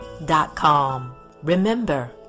Remember